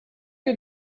you